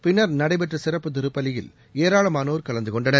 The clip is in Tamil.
பின்னர் நடைபெற்ற சிறப்பு திருப்பலியில் ஏராளமானோர் கலந்து கொண்டனர்